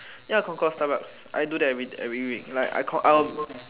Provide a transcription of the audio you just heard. ya I got go Starbucks I do that eve~ every week like I will